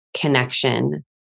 connection